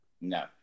No